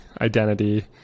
identity